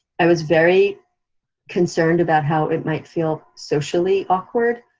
i was very concerned about how it might feel socially awkward,